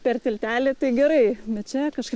per tiltelį tai gerai bet čia kažkaip